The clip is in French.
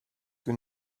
que